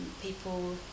people